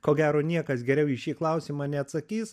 ko gero niekas geriau į šį klausimą neatsakys